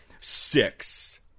six